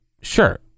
sure